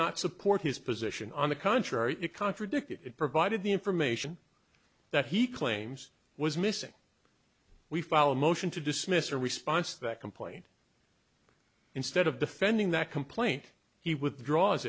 not support his position on the contrary it contradicted it provided the information that he claims was missing we file a motion to dismiss or response that complaint instead of defending that complaint he withdraws